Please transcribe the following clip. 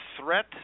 threat